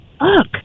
look